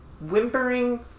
whimpering